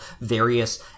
various